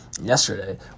yesterday